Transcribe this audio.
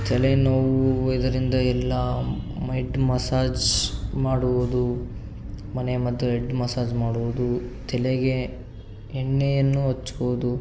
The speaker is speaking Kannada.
ತಲೆನೋವು ಇದರಿಂದ ಎಲ್ಲ ಹೆಡ್ ಮಸಾಜ್ ಮಾಡುವುದು ಮನೆಮದ್ದು ಎಡ್ ಮಸಾಜ್ ಮಾಡುವುದು ತಲೆಗೆ ಎಣ್ಣೆಯನ್ನು ಹಚ್ಚುವುದು